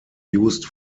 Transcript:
used